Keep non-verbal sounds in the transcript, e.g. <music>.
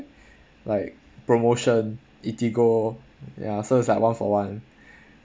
like promotion eatigo ya so it's like one for one <breath>